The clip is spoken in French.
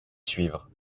suivre